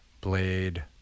blade